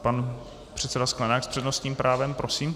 Pan předseda Sklenák s přednostním právem, prosím.